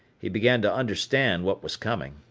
he began to understand what was coming.